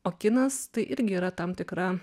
o kinas tai irgi yra tam tikra